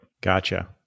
Gotcha